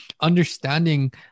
understanding